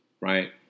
right